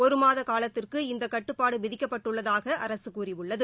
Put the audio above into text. ஒருமாதகாலத்திற்கு இந்தகட்டுப்பாடுவிதிக்கப்பட்டுள்ளதாகஅரசுகூறியுள்ளது